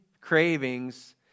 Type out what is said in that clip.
cravings